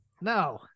No